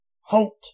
Halt